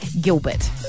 Gilbert